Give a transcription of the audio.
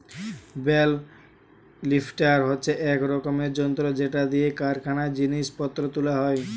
bell lifter হচ্ছে এক রকমের যন্ত্র যেটা দিয়ে কারখানায় জিনিস পত্র তুলা হয়